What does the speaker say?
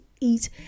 eat